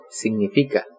significa